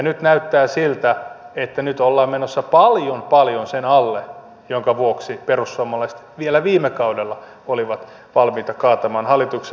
nyt näyttää siltä että nyt ollaan menossa paljon paljon sen alle minkä vuoksi perussuomalaiset vielä viime kaudella olivat valmiita kaatamaan hallituksen